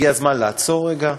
הגיע הזמן לעצור רגע,